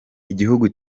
igihugu